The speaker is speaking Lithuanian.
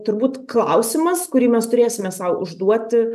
turbūt klausimas kurį mes turėsime sau užduoti